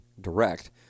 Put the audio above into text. direct